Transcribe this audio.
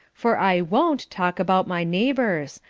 for i won't talk about my neighbours,